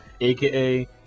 aka